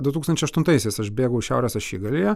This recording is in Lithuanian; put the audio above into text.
du tūkstančiai aštuntaisiais aš bėgau šiaurės ašigalyje